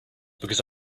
because